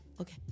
okay